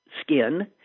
skin